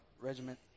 regiment